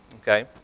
Okay